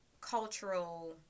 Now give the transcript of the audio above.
cultural